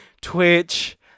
Twitch